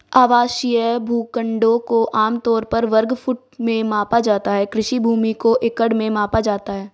आवासीय भूखंडों को आम तौर पर वर्ग फुट में मापा जाता है, कृषि भूमि को एकड़ में मापा जाता है